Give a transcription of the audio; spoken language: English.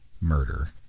murder